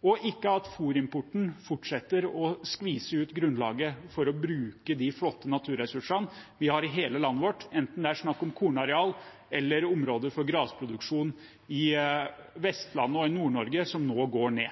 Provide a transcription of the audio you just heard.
opp, ikke at fôrimporten fortsetter å skvise ut grunnlaget for å bruke de flotte naturressursene vi har i hele landet vårt, enten det er snakk om kornareal eller områder for grasproduksjon på Vestlandet og i Nord-Norge, som nå går ned.